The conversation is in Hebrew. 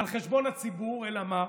על חשבון הציבור, אלא מה.